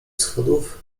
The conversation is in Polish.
schodów